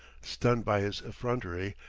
stunned by his effrontery,